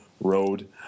road